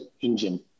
engine